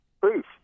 proof